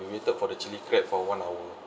we waited for the chilli crab for one hour